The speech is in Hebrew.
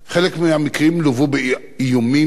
חלק מהמקרים לוו באיומים,